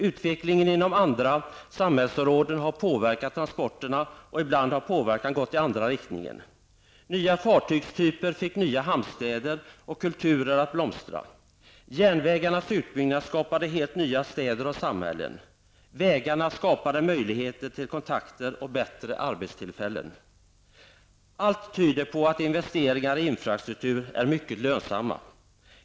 Utvecklingen inom andra samhällsområden har påverkat transporterna, och ibland har påverkan gått i andra riktningen -- nya fartygstyper fick nya hamnstäder och kulturer att blomstra, järnvägarnas utbyggnad skapade helt nya städer och samhällen, vägarna skapade möjligheter till kontakter och bättre arbetstillfällen. Allt tyder på att investeringar i infrastruktur är mycket lönsamma.